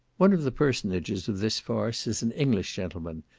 one of the personages of this farce is an english gentleman,